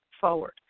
forward